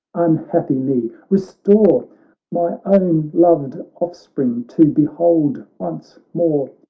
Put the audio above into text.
unhappy me, restore my own loved offspring, to behold once more!